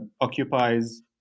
occupies